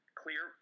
clear